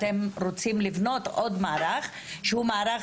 אתם רוצים לבנות עוד מערך שהוא מערך